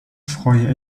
freue